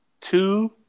two